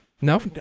No